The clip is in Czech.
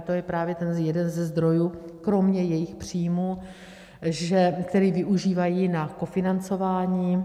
To je právě jeden ze zdrojů kromě jejich příjmů, který využívají na kofinancování.